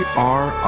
are.